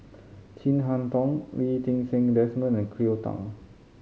Chin Harn Tong Lee Ti Seng Desmond and Cleo Thang